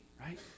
right